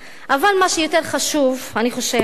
אבל מה שיותר חשוב, אני חושבת,